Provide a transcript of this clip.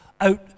out